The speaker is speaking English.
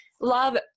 love